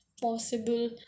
possible